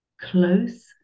close